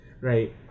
right